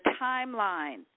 timeline